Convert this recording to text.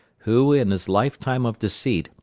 who, in his lifetime of deceit,